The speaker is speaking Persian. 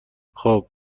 خوب